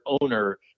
owner